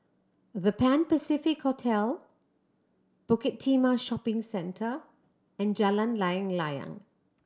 The Pan Pacific Hotel Bukit Timah Shopping Centre and Jalan Layang Layang